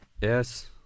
Yes